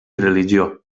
religió